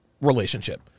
relationship